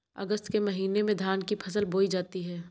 अगस्त के महीने में धान की फसल बोई जाती हैं